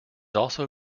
also